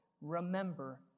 remember